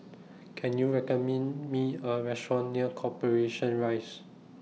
Can YOU Me A Restaurant near Corporation Rise